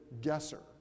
guesser